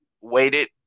waited